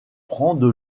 prendre